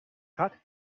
kat